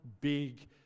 big